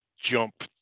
jump